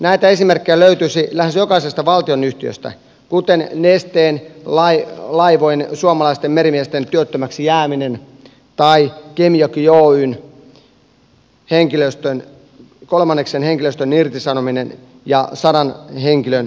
näitä esimerkkejä löytyisi lähes jokaisesta valtionyhtiöstä kuten nesteen laivojen suomalaisten merimiesten työttömäksi jääminen tai kemijoki oyn henkilöstöstä kolmanneksen irtisanominen ja sadan henkilön ulkoistaminen